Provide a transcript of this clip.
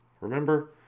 Remember